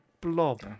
blob